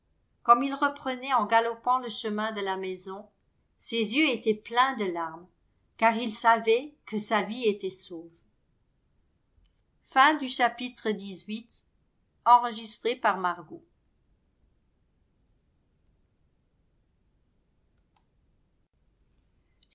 comme il reprenait en galopant le chemin de la maison ses yeux étaient pleins de larmes car il savait que sa vie était sauve xix